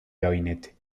gabinete